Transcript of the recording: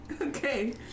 Okay